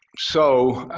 so,